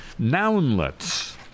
Nounlets